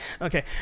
Okay